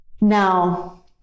Now